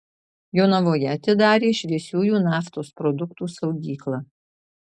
jonavoje atidarė šviesiųjų naftos produktų saugyklą